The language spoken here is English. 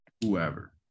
whoever